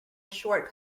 short